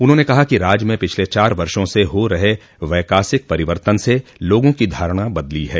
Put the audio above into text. उन्होंने कहा कि राज्य में पिछले चार वर्षों से हो रहे वैकासिक परिवर्तन से लोगों की धारणा बदली है